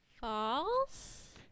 False